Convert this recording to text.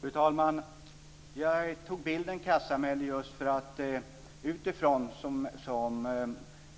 Fru talman! Jag tog bilden med ett kastsamhälle just därför att man, som